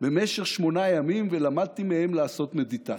במשך שמונה ימים ולמדתי מהם לעשות מדיטציה.